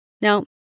Now